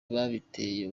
babiteye